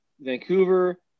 Vancouver